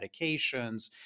medications